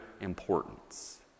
importance